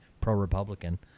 pro-Republican